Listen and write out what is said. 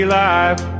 life